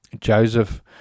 Joseph